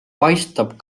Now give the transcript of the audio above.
paistab